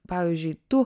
pavyzdžiui tu